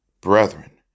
brethren